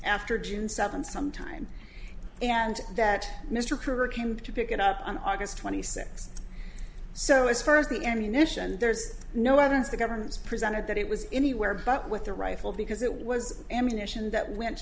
after june seventh sometime and that mr kerr came to pick it up on august twenty sixth so as far as the ammunition there's no evidence the government's presented that it was anywhere but with the rifle because it was ammunition that went